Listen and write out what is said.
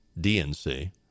DNC